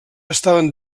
estaven